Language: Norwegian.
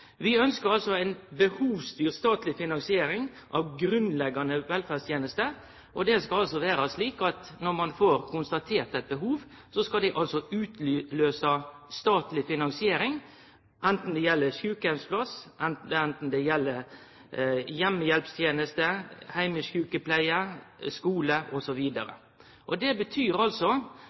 Vi ønskjer ei behovsstyrt statleg finansiering av grunnleggjande velferdstenester. Det skal vere slik at når ein får konstatert eit behov, så skal det utløyse statleg finansiering anten det gjeld sjukeheimsplass, heimehjelpsteneste, heimesjukepleie, skule, e.l. Det betyr